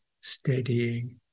steadying